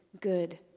good